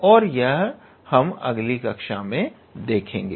और यह हम अगली कक्षा में देखेंगे